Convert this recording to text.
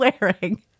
wearing